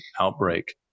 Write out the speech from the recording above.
outbreak